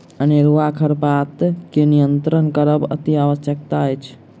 अनेरूआ खरपात के नियंत्रण करब अतिआवश्यक अछि